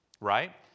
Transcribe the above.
right